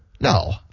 No